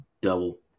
double